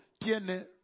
tiene